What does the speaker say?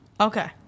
Okay